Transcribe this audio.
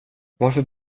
varför